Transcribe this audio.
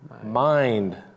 mind